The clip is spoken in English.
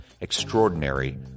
Extraordinary